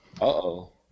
Uh-oh